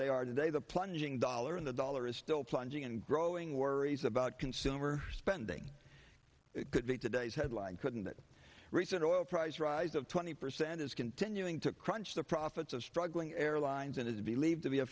they are today the plunging dollar and the dollar is still plunging and growing worries about consumer spending could be today's headline couldn't that recent oil price rise of twenty percent is continuing to crunch the profits of struggling airlines and is believed to be a